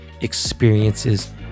experiences